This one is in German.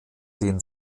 den